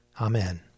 Amen